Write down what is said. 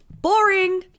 Boring